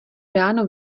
ráno